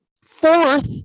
fourth